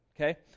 Okay